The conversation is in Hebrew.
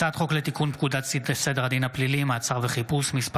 הצעת חוק לתיקון פקודת סדר הדין הפלילי (מעצר וחיפוש) (מס'